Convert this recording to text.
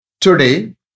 Today